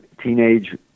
teenage